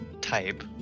type